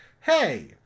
Hey